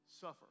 suffer